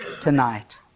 tonight